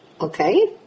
Okay